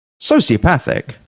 sociopathic